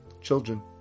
Children